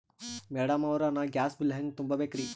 Madam ಅವ್ರ, ನಾ gas bill ಹೆಂಗ ತುಂಬಾ ಬೇಕ್ರಿ?